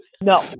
No